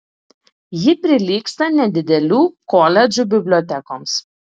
ji prilygsta nedidelių koledžų bibliotekoms